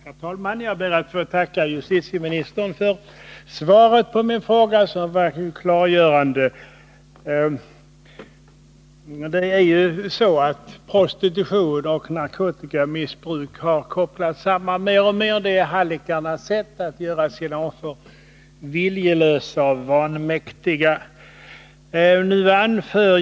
Herr talman! Jag ber att få tacka justitieministern för det klargörande svaret. Prostitution och narkotikamissbruk har mer och mer kopplats samman. Det är hallickarnas sätt att göra sina offer viljelösa och vanemässiga.